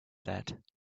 that